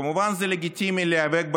כמובן, זה לגיטימי להיאבק בממשלה.